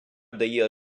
дає